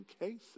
cases